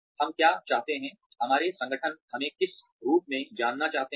हम क्या चाहते हैं हमारे संगठन हमें किस रूप में जानना चाहते हैं